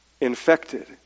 infected